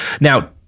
Now